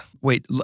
Wait